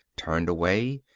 turned away,